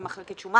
ומחלקת שומה